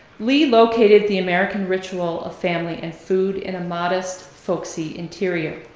lee located the american ritual of family and food in a modest, folksy interior.